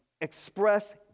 express